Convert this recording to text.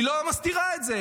היא לא מסתירה את זה,